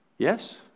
Yes